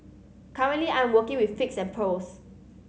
currently I am working with figs and pears